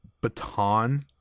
baton